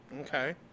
Okay